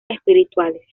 espirituales